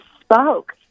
spoke